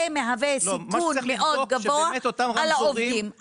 זה מהווה סיכון מאוד גבוה על העובדים,